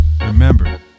remember